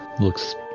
looks